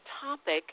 topic